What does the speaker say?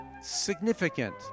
significant